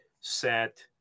set